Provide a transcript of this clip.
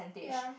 ya